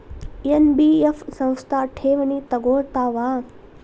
NBF ಸಂಸ್ಥಾ ಠೇವಣಿ ತಗೋಳ್ತಾವಾ?